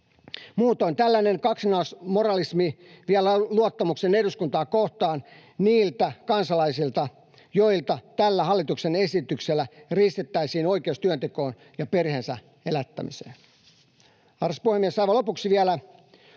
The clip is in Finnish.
muutoin tällainen kaksinaismoralismi vie luottamuksen eduskuntaa kohtaan niiltä kansalaisilta, joilta tällä hallituksen esityksellä riistettäisiin oikeus työntekoon ja perheensä elättämiseen. Arvoisa puhemies! Aivan lopuksi vielä: